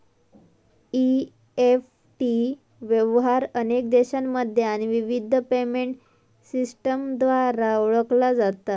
EFT व्यवहार अनेक देशांमध्ये आणि विविध पेमेंट सिस्टमद्वारा ओळखला जाता